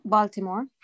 Baltimore